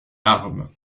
armes